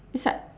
is like